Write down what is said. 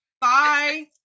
Bye